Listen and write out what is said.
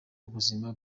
ubuzima